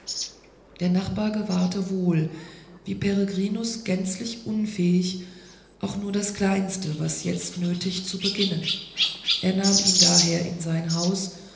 der nachbar gewahrte wohl wie peregrinus gänzlich unfähig auch nur das kleinste was jetzt nötig zu beginnen er nahm ihn daher in sein haus